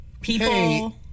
people